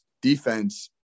defense